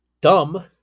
dumb